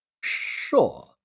Sure